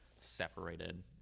separated